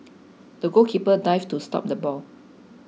the goalkeeper dived to stop the ball